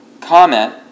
comment